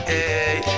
Hey